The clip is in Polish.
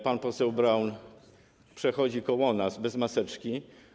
Pan poseł Braun przechodzi koło nas bez maseczki.